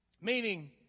meaning